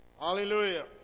Hallelujah